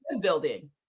Building